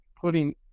putting